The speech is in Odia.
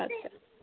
ଆଜ୍ଞା